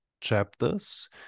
chapters